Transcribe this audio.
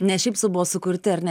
ne šiaip sau buvo sukurti ar ne